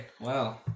Wow